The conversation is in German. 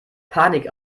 panik